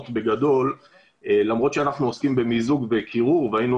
בגדול למרות שאנחנו עוסקים במיזוג וקירור והיינו